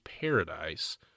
Paradise